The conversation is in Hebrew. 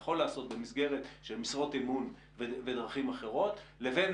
יכול לעשות במסגרת של משרות אמון ודרכים אחרות לבין